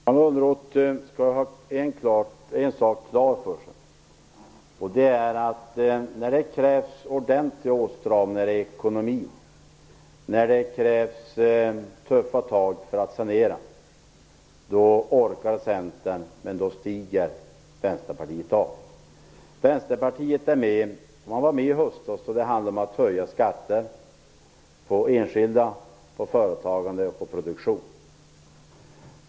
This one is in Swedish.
Herr talman! Johan Lönnroth skall ha en sak klar för sig, och det är att när det krävs ordentliga åtstramningar i ekonomin, tuffa tag för att sanera, då orkar Centern men då stiger Vänsterpartiet av. Vänsterpartiet var med i höstas då det handlade om att höja skatter för enskilda, företagande och produktion.